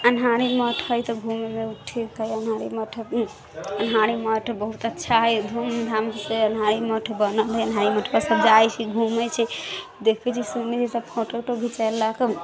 अन्हारी मठ अन्हारी मठ बहुत अच्छा हइ हम से अन्हारी मठ सब जाइ छै घुमै छै देखै छै सुनै छै सब फोटो उटो घिचेलक